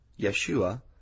Yeshua